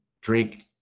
drink